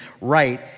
right